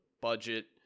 budget